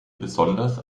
besonders